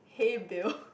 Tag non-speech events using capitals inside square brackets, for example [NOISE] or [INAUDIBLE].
hey Bill [NOISE]